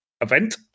event